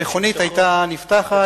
המכונית היתה נפתחת.